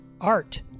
Art